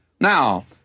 Now